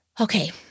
Okay